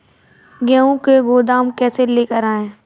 गेहूँ को गोदाम पर कैसे लेकर जाएँ?